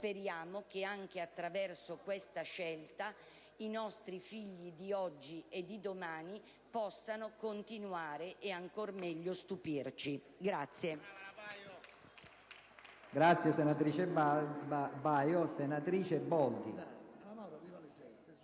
Speriamo che, anche attraverso questa scelta, i nostri figli, di oggi e di domani, possano continuare e, ancor meglio, stupirci.